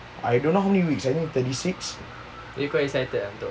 I don't know how many weeks I think thirty six